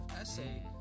essay